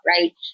right